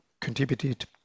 contributed